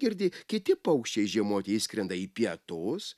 girdi kiti paukščiai žiemoti išskrenda į pietus